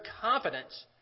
confidence